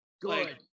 Good